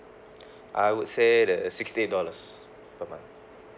I would say the sixty eight dollars per month